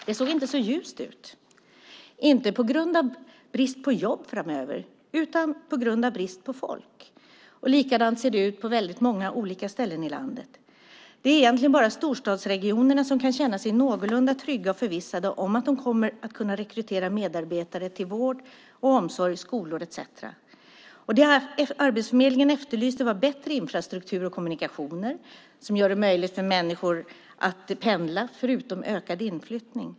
Det såg inte så ljust ut - inte på grund av brist på jobb framöver utan på grund av brist på folk. Likadant ser det ut på många olika ställen i landet. Det är egentligen bara storstadsregionerna som kan känna sig någorlunda trygga och förvissade om att de kommer att kunna rekrytera medarbetare till vård, omsorg och skolor etcetera. Arbetsförmedlingen efterlyste bättre infrastruktur och kommunikationer som gör det möjligt för människor att pendla, förutom ökad inflyttning.